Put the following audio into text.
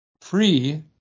free